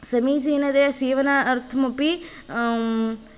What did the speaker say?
समीचीनतया सीवनार्थमपि